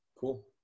cool